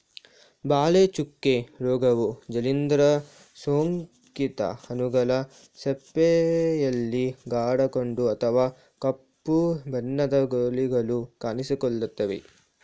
ಬಾಳೆ ಚುಕ್ಕೆ ರೋಗವು ಶಿಲೀಂದ್ರ ಸೋಂಕಿತ ಹಣ್ಣುಗಳ ಸಿಪ್ಪೆಯಲ್ಲಿ ಗಾಢ ಕಂದು ಅಥವಾ ಕಪ್ಪು ಬಣ್ಣದ ಗುಳಿಗಳು ಕಾಣಿಸಿಕೊಳ್ತವೆ